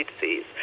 disease